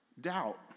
doubt